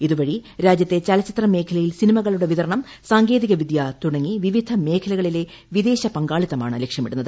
ഇതുവഴി രാജ്യത്തെ ചലച്ചിത്ര മേഖലിയിൽ സിനിമകളുടെ വിതരണം സാങ്കേതികവിദൃ തുടങ്ങി വിവിധ മേഖല കളിലെ വിദേശ പങ്കാളിത്തമാണ് ലക്ഷ്യമിടുന്നത്